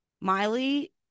Miley